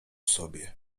sobie